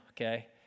Okay